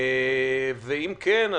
אם כן,